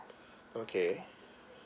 okay